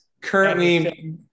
currently